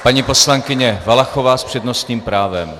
Paní poslankyně Valachová s přednostním právem.